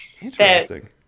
Interesting